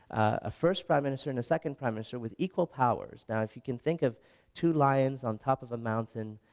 a first prime minister and a second prime minister with equal powers. now if you can think of two lions on top of a mountain,